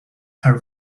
her